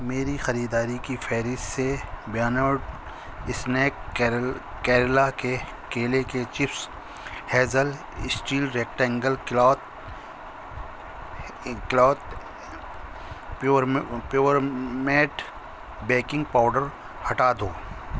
میری خریداری کی فہرست سے بیانڈ سنیک کیرل کیرلا کے کیلے کے chips hazel steel rectangle cloth cloth pure mat baking powder ہٹا دو